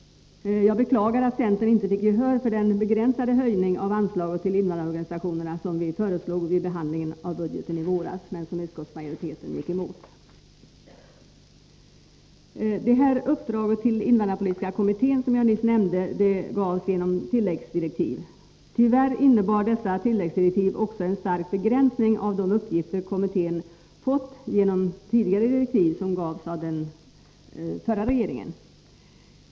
Jag beklagar att centern inte fick gehör för den begränsade höjning av anslaget till invandrarorganisationerna som vi föreslog vid behandlingen av budgeten i våras men som utskottsmajoriteten gick emot. Det här uppdraget till invandrarpolitiska kommittén, som jag nyss nämnde, gavs genom tilläggsdirektiv. Tyvärr innebar dessa tilläggsdirektiv också en stark begränsning av de uppgifter kommittén fått genom tidigare direktiv, vilka gavs av den förra regeringen.